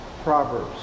proverbs